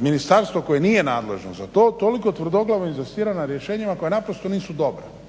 ministarstvo koje nije nadležno za to tolik tvrdoglavo inzistira na rješenjima koja naprosto nisu dobra,